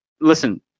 Listen